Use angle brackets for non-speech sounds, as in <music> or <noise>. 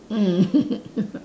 mm <laughs>